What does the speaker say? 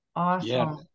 Awesome